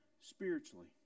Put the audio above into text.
spiritually